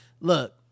look